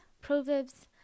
Proverbs